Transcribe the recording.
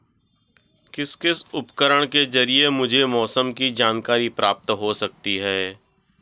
किस किस उपकरण के ज़रिए मुझे मौसम की जानकारी प्राप्त हो सकती है?